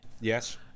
Yes